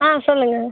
ஆ சொல்லுங்கள்